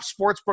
sportsbook